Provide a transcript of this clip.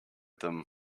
them